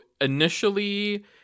initially